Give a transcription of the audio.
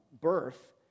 birth